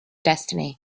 destiny